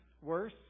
worse